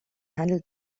handelt